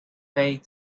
bade